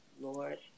Lord